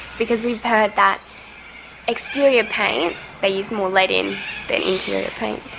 because we've heard that exterior paint they used more lead in than interior paint.